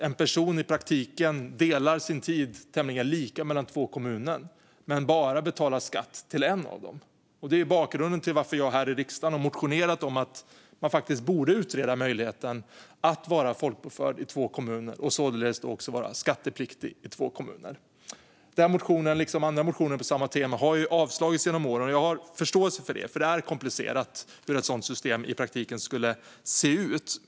En person delar i praktiken sin tid tämligen lika mellan två kommuner men betalar skatt bara till en av dem. Det är bakgrunden till varför jag i riksdagen har väckt motioner om att utreda möjligheten att vara folkbokförd och således vara skattepliktig i två kommuner. Den motionen, liksom andra motioner på samma tema, har avslagits genom åren. Jag har förståelse för det eftersom det är komplicerat hur ett sådant system skulle se ut i praktiken.